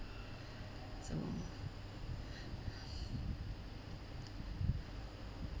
so